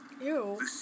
Ew